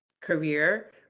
career